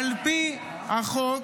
על פי החוק,